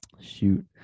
Shoot